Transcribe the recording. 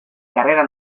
carrera